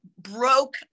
broke